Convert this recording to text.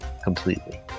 Completely